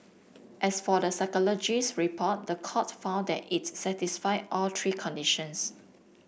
as for the psychologist's report the court found that it satisfied all three conditions